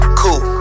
cool